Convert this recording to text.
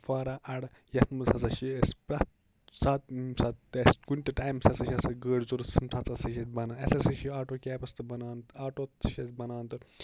کُپوارا اَڈٕ یِتھ منٛز ہَسا چھِ اَسہِ پرٛتھ ساتہٕ ییٚمہِ ساتہٕ تہِ اَسہِ کُنہِ تہِ ٹایمہٕ ہَسا چھِ آسان گٲڑۍ ضروٗرت تَمہِ ساتہٕ ہَسا چھِ اَسہِ بَنان اَسہِ ہَسا چھُ آٹوٗ کیبٕس تہِ بَنان آٹوٗ تہِ چھِ اَسہِ بَنان تہٕ